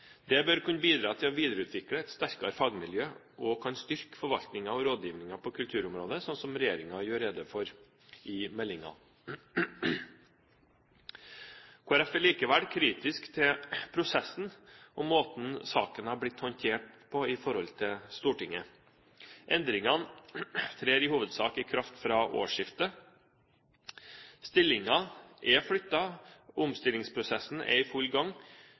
Det bør kunne bidra til å videreutvikle et sterkere fagmiljø og kan styrke forvaltningen og rådgivningen på kulturområdet, slik regjeringen gjør rede for i meldingen. Kristelig Folkeparti er likevel kritisk til prosessen og måten saken er blitt håndtert på i forhold til Stortinget. Endringene trer i hovedsak i kraft fra årsskiftet. Stillinger er flyttet, og omstillingsprosessen er i full gang,